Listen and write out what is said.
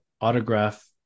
autograph